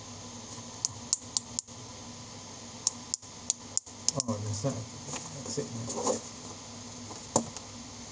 oh that's it uh